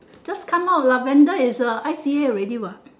just come out lah brenda is uh I_C_A already what